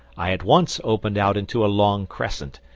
i at once opened out into a long crescent,